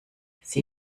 sie